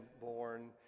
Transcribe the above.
born